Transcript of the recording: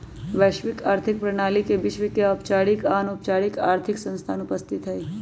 वैश्विक आर्थिक प्रणाली में विश्व के सभ औपचारिक आऽ अनौपचारिक आर्थिक संस्थान उपस्थित हइ